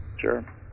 Sure